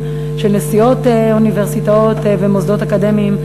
של נשיאות אוניברסיטאות ומוסדות אקדמיים,